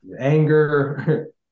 anger